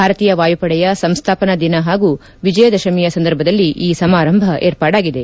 ಭಾರತೀಯ ವಾಯುಪಡೆಯ ಸಂಸ್ಥಾಪನಾ ದಿನ ಹಾಗೂ ವಿಜಯದಶಮಿಯ ಸಂದರ್ಭದಲ್ಲಿ ಈ ಸಮಾರಂಭ ಏರ್ಪಾಡಾಗಿದೆ